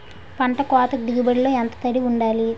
పంట కోతకు దిగుబడి లో ఎంత తడి వుండాలి?